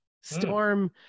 storm